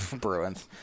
Bruins